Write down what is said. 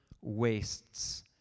wastes